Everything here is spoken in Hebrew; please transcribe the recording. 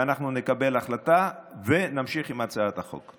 ואנחנו נקבל החלטה ונמשיך עם הצעת החוק,